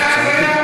זאת הזיה.